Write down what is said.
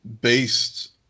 based